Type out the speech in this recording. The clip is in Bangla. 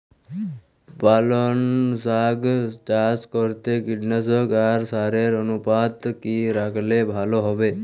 পালং শাক চাষ করতে কীটনাশক আর সারের অনুপাত কি রাখলে ভালো হবে?